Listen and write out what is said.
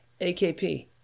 AKP